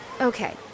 Okay